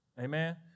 Amen